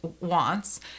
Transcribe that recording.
wants